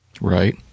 Right